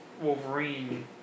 Wolverine